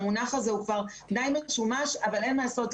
המונח הזה די משומש אבל אין מה לעשות,